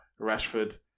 Rashford